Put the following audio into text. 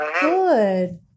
Good